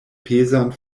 pezan